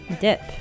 Dip